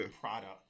product